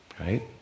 right